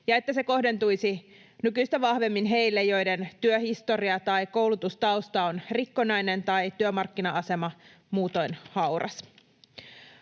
ja että se kohdentuisi nykyistä vahvemmin heille, joiden työhistoria tai koulutustausta on rikkonainen tai työmarkkina-asema muutoin hauras.